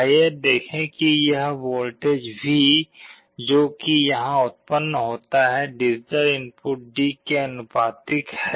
आइए देखें कि यह वोल्टेज V जो कि यहां उत्पन्न होता है डिजिटल इनपुट D के आनुपातिक है